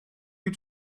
you